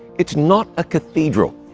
it's not a cathedral,